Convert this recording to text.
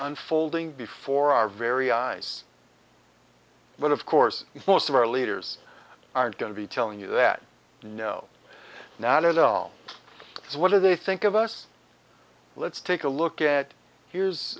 unfolding before our very eyes but of course most of our leaders are going to be telling you that no not at all what do they think of us let's take a look at here